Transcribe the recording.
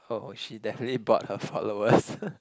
oh she definitely bought her followers